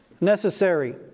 necessary